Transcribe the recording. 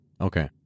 Okay